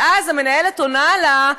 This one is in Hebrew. ואז המנהלת עונה לה: